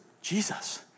Jesus